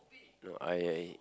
no I I